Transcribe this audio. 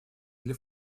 для